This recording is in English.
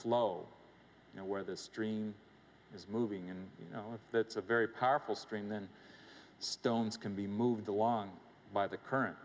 low you know where the stream is moving and you know that's a very powerful stream than stones can be moved along by the current